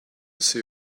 see